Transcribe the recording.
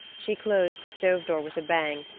she closed the stove door with a bang,